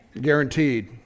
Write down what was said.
Guaranteed